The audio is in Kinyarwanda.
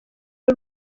w’u